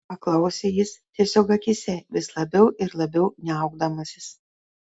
paklausė jis tiesiog akyse vis labiau ir labiau niaukdamasis